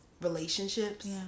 relationships